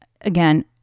Again